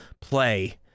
play